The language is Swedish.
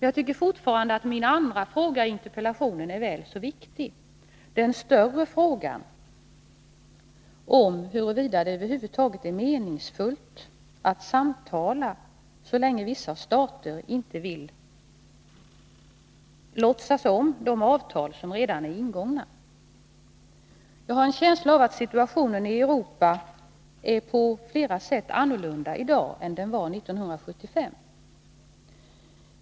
Jag tycker fortfarande att min andra fråga i interpellationen är väl så viktig, den större frågan om huruvida det över huvud taget är meningsfullt att samtala så länge vissa stater inte vill låtsas om de avtal som redan är ingångna. Jag har en känsla av att situationen i Europa är på flera sätt annorlunda i dag än den var 1975.